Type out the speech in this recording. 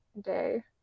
day